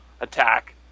attack